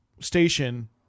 station